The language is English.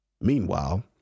Meanwhile